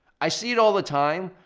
i see it all the time,